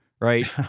right